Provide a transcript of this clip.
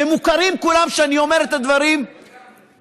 מוכרים כולם, ואני אומר את הדברים בצורה,